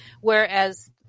Whereas